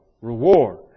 reward